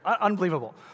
Unbelievable